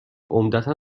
عمدتا